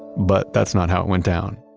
but that's not how it went down.